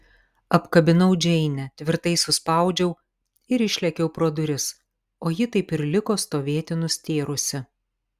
apkabinau džeinę tvirtai suspaudžiau ir išlėkiau pro duris o ji taip ir liko stovėti nustėrusi